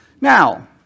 Now